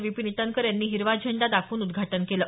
विपीन इटनकर यांनी हिरवा झेंडा दाखवून उद्घाटन केलं